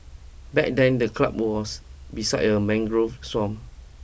back then the club was beside a mangrove swamp